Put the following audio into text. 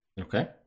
Okay